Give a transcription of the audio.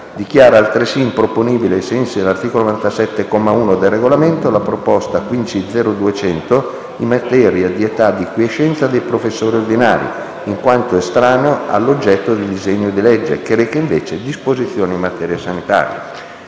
Dichiara altresì improponibile, ai sensi dell'articolo 97, comma 1, del Regolamento, la proposta 15.0.200 in materia di età di quiescenza dei professori ordinari, in quanto estraneo all'oggetto del disegno di legge che reca invece disposizioni in materia sanitaria.